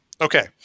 Okay